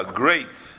great